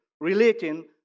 relating